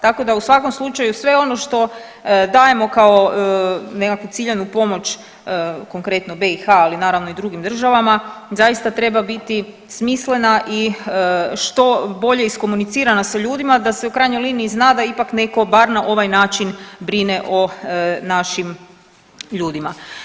Tako da u svakom slučaju sve ono dajemo kao nekakvu ciljanu pomoć konkretno BiH ali naravno i drugim državama zaista treba biti smislena i što bolje iskomunicirana sa ljudima da se u krajnjoj liniji zna da ipak netko bar na ovaj način brine o našim ljudima.